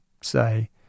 say